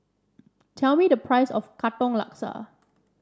tell me the price of Katong Laksa